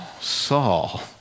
Saul